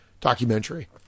documentary